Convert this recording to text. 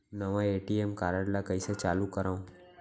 नवा ATM card ल कइसे चालू करव?